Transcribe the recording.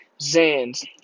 Zans